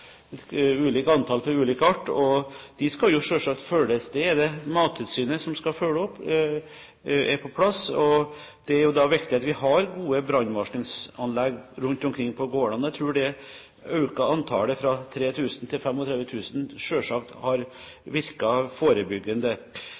antall for ulik art – og disse skal selvsagt følges. Det er Mattilsynet som skal følge opp at det er på plass. Det er jo da viktig at vi har gode brannvarslingsanlegg rundt omkring på gårdene. Jeg tror selvsagt det økte antallet fra 3 000 til 35 000 har